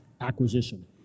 acquisition